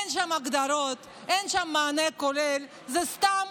אין שם הגדרות, אין שם מענה כולל, זה סתם.